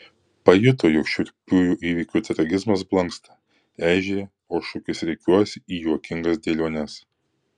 pajuto jog šiurpiųjų įvykių tragizmas blanksta eižėja o šukės rikiuojasi į juokingas dėliones